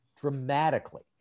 dramatically